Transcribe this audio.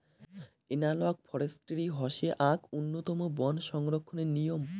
analogue forestry হসে আক উন্নতম বন সংরক্ষণের নিয়ম